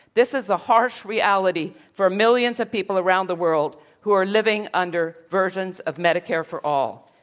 this is the harsh reality for millions of people around the world who are living under versions of medicare for all.